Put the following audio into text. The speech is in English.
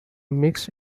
mixed